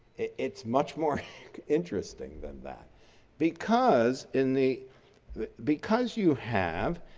it's much more interesting than that because in the the because you have,